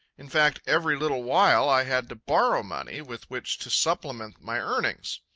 in fact, every little while i had to borrow money with which to supplement my earnings.